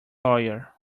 lawyer